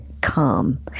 come